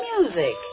music